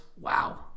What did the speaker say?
wow